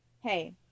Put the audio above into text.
hey